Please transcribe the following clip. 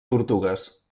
tortugues